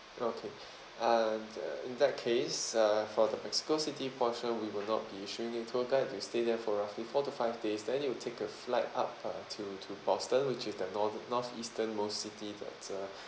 okay uh the in that case uh for the mexico city portion we will not be issuing you a tour guide you stay there for roughly four to five days then you will take a flight up uh to to boston which is the northern north eastern most city that uh